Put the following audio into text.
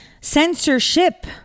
censorship